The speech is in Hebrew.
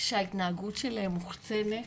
שההתנהגות שלהם מוקצנת,